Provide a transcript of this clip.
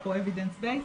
או evidence based,